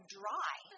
dry